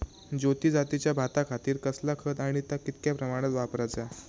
ज्योती जातीच्या भाताखातीर कसला खत आणि ता कितक्या प्रमाणात वापराचा?